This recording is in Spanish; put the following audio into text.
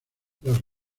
los